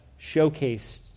showcased